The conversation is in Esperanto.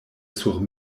sur